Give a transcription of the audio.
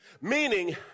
Meaning